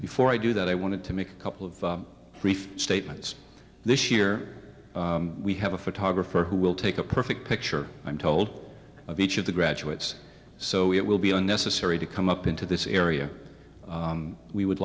before i do that i wanted to make a couple of brief statements this year we have a photographer who will take a perfect picture i'm told of each of the graduates so it will be unnecessary to come up into this area we would